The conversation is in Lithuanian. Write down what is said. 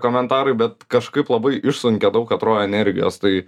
komentarai bet kažkaip labai išsunkia daug atrodo energijos tai